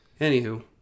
anywho